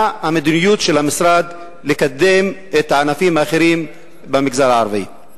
מהי מדיניות המשרד לקידום הענפים האחרים במגזר הערבי?